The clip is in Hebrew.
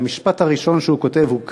והמשפט הראשון שהוא כותב הוא כך,